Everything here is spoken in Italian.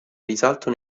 risalto